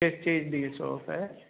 ਇਸ ਚੀਜ਼ ਦੀ ਸ਼ੋਪ ਹੈ